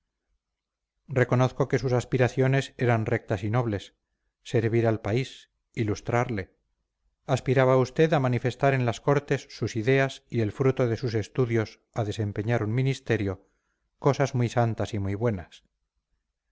reconozco que sus aspiraciones eran rectas y nobles servir al país ilustrarle aspiraba usted a manifestar en las cortes sus ideas y el fruto de sus estudios a desempeñar un ministerio cosas muy santas y muy buenas